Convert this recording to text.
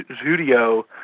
studio